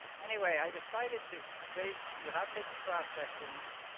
anyway, i decided to to base without taking cross sections,